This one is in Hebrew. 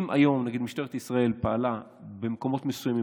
אם היום משטרת ישראל פעלה במקומות מסוימים,